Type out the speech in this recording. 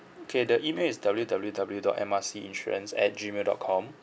okay the email is W W W dot M R C insurance at gmail dot com